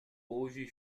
hoje